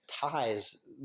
ties